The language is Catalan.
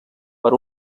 per